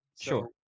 Sure